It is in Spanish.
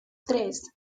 tres